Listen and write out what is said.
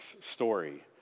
story